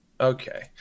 okay